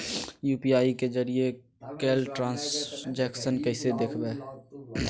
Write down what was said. UPI के जरिए कैल ट्रांजेक्शन कैसे देखबै?